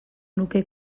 nuke